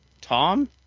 Tom